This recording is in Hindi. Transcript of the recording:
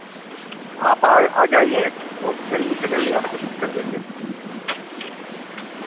आप आ जाईए ओ जल्दी से जल्दी आपको ठीक कर देंगे